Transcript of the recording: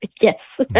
yes